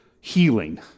healing